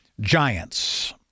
giants